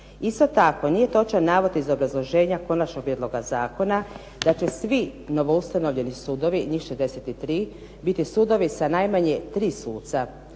Isto tako nije točan navod iz obrazloženja konačnog prijedloga zakona da će svi novoustanovljeni sudovi, njih 63, biti sudovi sa najmanje 3 suca.